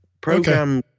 program